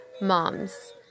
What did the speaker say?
moms